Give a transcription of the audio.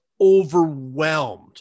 overwhelmed